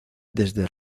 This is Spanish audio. desde